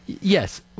yes